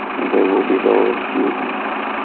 and there will be those using her